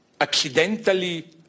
accidentally